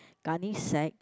gunny sack